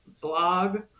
blog